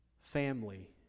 family